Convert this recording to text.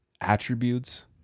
attributes